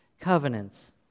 covenants